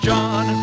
John